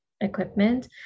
equipment